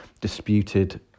disputed